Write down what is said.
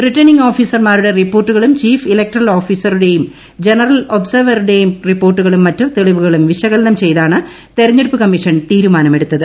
returning ഓഫീസർമാരുടെ റിപ്പോർട്ടുകളും chief electoral ഓഫീസറുടെയും ജനറൽ ഒബ്സർവറുടെയും റിപ്പോർട്ടുകളും മറ്റു തെളിവുകളും വിശകലനം ചെയ്താണ് തിരഞ്ഞെടുപ്പ് കമ്മീഷൻ തീരുമാനമെടുത്തത്